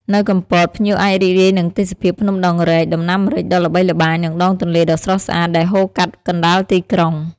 នៅកំពត ភ្ញៀវអាចរីករាយនឹងទេសភាពភ្នំដងរែក ដំណាំម្រេចដ៏ល្បីល្បាញ និងដងទន្លេដ៏ស្រស់ស្អាត ដែលហូរកាត់កណ្តាលទីក្រុង។